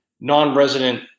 non-resident